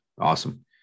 Awesome